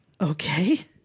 okay